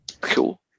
cool